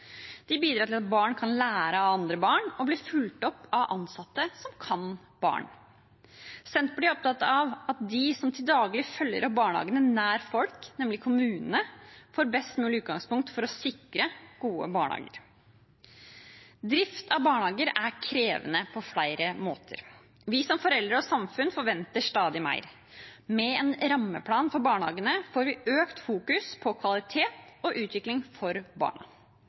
De bidrar til at barn kan lære av andre barn og bli fulgt opp av ansatte som kan barn. Senterpartiet er opptatt av at de som til daglig følger opp barnehagene nær folk, nemlig kommunene, får et best mulig utgangspunkt for å sikre gode barnehager. Drift av barnehager er krevende på flere måter. Vi som foreldre og samfunn forventer stadig mer. Med en rammeplan for barnehagene får vi økt fokus på kvalitet og utvikling for barna.